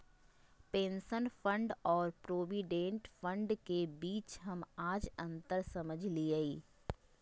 pension fund और provident fund के बीच हम आज अंतर समझलियै